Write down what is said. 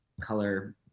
color